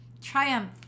triumph